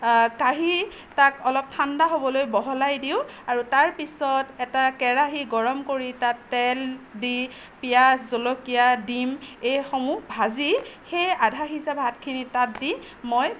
কাঢ়ি তাক অলপ ঠাণ্ডা হ'বলৈ বহলাই দিওঁ আৰু তাৰ পিছত এটা কেৰাহী গৰম কৰি তাত তেল দি পিঁয়াজ জলকীয়া দিম এইসমূহ ভাজি সেই আধা সিজা ভাতখিনি তাত দি মই